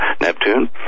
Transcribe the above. Neptune